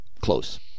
close